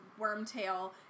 Wormtail